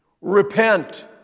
Repent